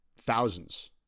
thousands